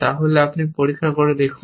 তাহলে আপনি পরীক্ষা করে দেখুন